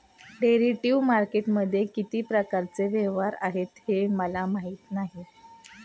derivative मार्केटमध्ये किती प्रकारचे व्यवहार आहेत हे मला माहीत नाही